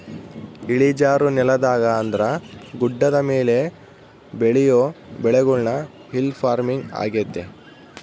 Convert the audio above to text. ಇಳಿಜಾರು ನೆಲದಾಗ ಅಂದ್ರ ಗುಡ್ಡದ ಮೇಲೆ ಬೆಳಿಯೊ ಬೆಳೆಗುಳ್ನ ಹಿಲ್ ಪಾರ್ಮಿಂಗ್ ಆಗ್ಯತೆ